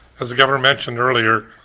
as the governor mentioned earlier,